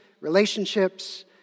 relationships